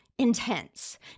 Intense